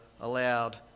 allowed